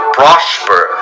prosper